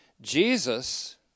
Jesus